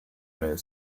nel